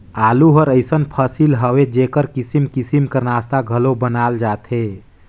आलू हर अइसन फसिल हवे जेकर किसिम किसिम कर नास्ता घलो बनाल जाथे